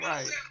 Right